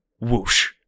whoosh